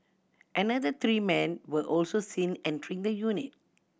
another three men were also seen entering the unit